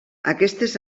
aquestes